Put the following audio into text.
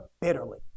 bitterly